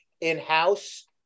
in-house